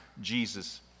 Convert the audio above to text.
Jesus